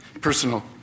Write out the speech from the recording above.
personal